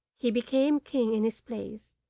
he became king in his place,